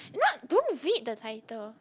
not don't read the title